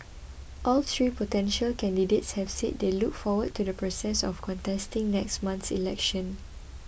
all three potential candidates have said they look forward to the process of contesting next month's election